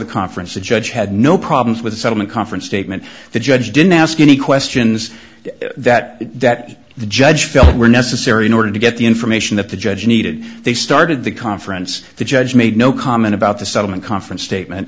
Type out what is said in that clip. the conference the judge had no problems with the settlement conference statement the judge didn't ask any questions that that the judge felt were necessary in order to get the information that the judge needed they started the conference the judge made no comment about the settlement conference statement